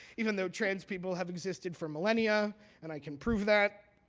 even though trans people have existed for millennia and i can prove that,